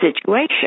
situation